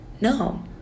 No